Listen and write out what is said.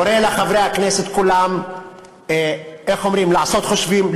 אני קורא לחברי הכנסת כולם לעשות חושבים,